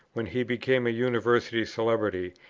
when he became a university celebrity,